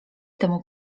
temu